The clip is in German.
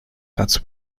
dazu